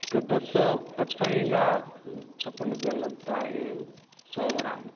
उसका दस सौ पचपन या छप्पन रुपया लगता है यह सौ ग्राम का